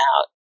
out